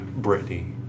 Britney